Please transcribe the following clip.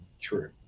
true